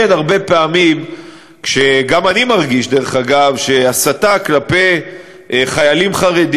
אדוני היושב-ראש, תודה רבה, חברי חברי